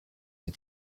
his